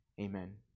Amen